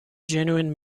genuine